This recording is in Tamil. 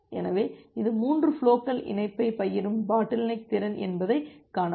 எனவே இது 3 ஃபுலோகள் இணைப்பைப் பகிரும் பாட்டில்நெக் திறன் என்பதை காணலாம்